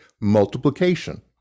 multiplication